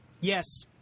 Yes